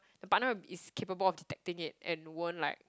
the partner is capable of detecting it and won't like